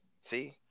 See